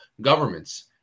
governments